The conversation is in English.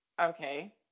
okay